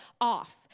off